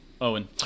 Owen